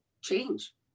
change